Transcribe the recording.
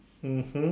mmhmm